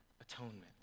atonement